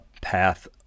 path